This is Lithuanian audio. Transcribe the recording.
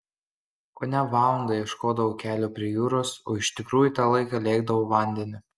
kone valandą ieškodavo kelio prie jūros o iš tikrųjų tą laiką lėkdavo vandeniu